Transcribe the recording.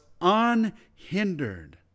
unhindered